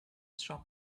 shop